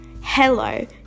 Hello